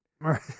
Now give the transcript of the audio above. Right